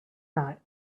night